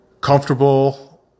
comfortable